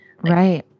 Right